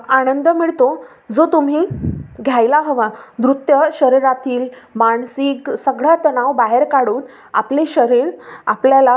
आनंद मिळतो जो तुम्ही घ्यायला हवा नृत्य शरीरातील मानसिक सगळा तणाव बाहेर काढून आपले शरीर आपल्याला